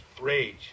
rage